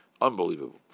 Unbelievable